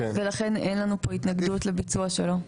ולכן אין לנו פה התנגדות לביצוע שלו.